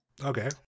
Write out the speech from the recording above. Okay